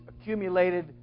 accumulated